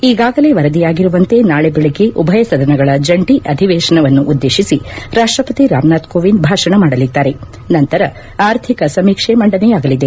ಈಗಾಗಲೇ ವರದಿಯಾಗಿರುವಂತೆ ನಾಳೆ ಬೆಳಗ್ಗೆ ಉಭಯ ಸದನಗಳ ಜಂಟಿ ಅಧಿವೇಶನವನ್ನುದ್ದೇಶಿಸಿ ರಾಷ್ಟ್ರಪತಿ ರಾಮನಾಥ್ ಕೋವಿಂದ್ ಭಾಷಣ ಮಾಡಲಿದ್ದಾರೆ ನಂತರ ಆರ್ಥಿಕ ಸಮೀಕ್ಷೆ ಮಂಡನೆಯಾಗಲಿದೆ